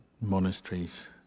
monasteries